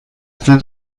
sind